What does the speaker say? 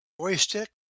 joystick